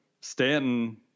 Stanton